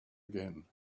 again